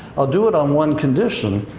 i'll do it on one condition.